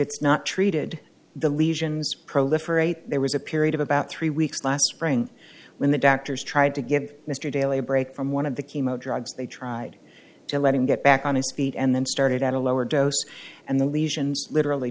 it's not treated the lesions proliferate there was a period of about three weeks last spring when the doctors tried to give mr daly a break from one of the chemo drugs they tried to let him get back on his feet and then started at a lower dose and the lesions literally